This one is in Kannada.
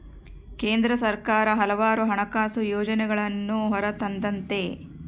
ಕೇಂದ್ರ ಸರ್ಕಾರ ಹಲವಾರು ಹಣಕಾಸು ಯೋಜನೆಗಳನ್ನೂ ಹೊರತಂದತೆ